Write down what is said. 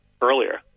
earlier